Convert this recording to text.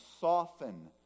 soften